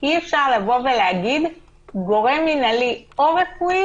אי אפשר להגיד גורם מנהלי או רפואי